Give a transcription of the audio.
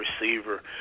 receiver